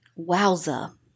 Wowza